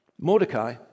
Mordecai